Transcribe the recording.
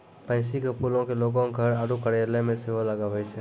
pansy के फूलो के लोगें घर आरु कार्यालय मे सेहो लगाबै छै